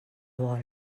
bol